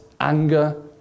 anger